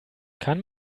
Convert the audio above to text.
kann